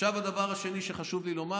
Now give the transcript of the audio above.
הדבר השני שחשוב לי לומר: